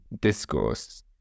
Discourse